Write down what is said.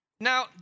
Now